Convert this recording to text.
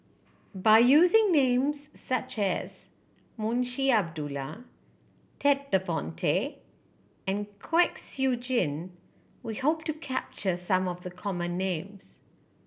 by using names such as Munshi Abdullah Ted De Ponti and Kwek Siew Jin we hope to capture some of the common names